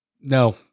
No